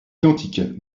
identiques